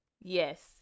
Yes